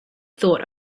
thought